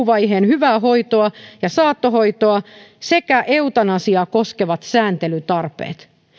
hyvää hoitoa ja saattohoitoa sekä eutanasiaa koskevat sääntelytarpeet